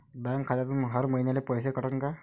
Bank खात्यातून हर महिन्याले पैसे कटन का?